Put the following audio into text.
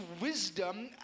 wisdom